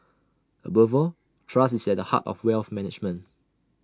above all trust is at the heart of wealth management